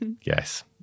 yes